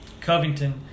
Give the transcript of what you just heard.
Covington